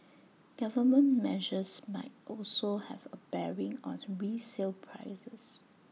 government measures might also have A bearing on resale prices